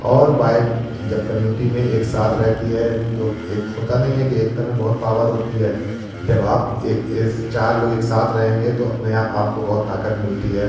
और बाइक कि जब कम्यूनिटी में एक साथ रहती है तो एक होता नहीं है कि एकता में बहुत पावर होती है जब आप एक चार लोग एक साथ रहेंगे तो अपने आपको बहुत ताकत मिलती है